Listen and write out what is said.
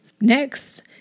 Next